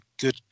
good